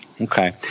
Okay